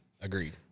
agreed